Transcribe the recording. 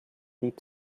deep